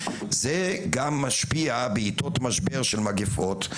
אלא גם משפיע בעתות משבר של מגפות,